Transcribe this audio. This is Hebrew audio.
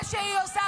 מה שהיא עושה,